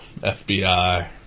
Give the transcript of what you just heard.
FBI